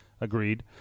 agreed